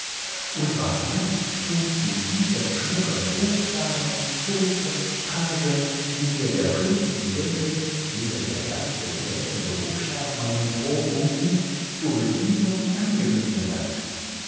und was meinst du zu diesen schmucken hofdamen zofen pagen die mir der prinz indessen ehe der ganze glänzende hofstaat meinen thron umgibt zur bedienung angewiesen hat